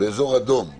אתה